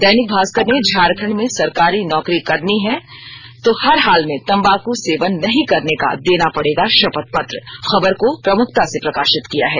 दैनिक भास्कर ने झारखंड में सरकारी नौकरी करनी है तो हर हाल में तम्बाकू सेवन नहीं करने का देना पड़ेगा भापथ पत्र खबर को प्रमुखता से प्रकाप्रित किया है